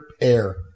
air